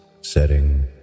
setting